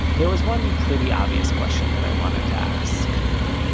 there was one pretty obvious question that i wanted to ask. but,